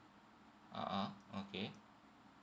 a'ah okay